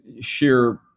sheer